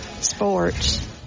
sports